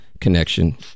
connection